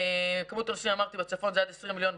כמות הנוסעים בצפון זה עד 20 מיליון,